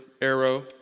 arrow